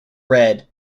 red